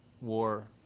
war